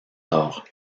tard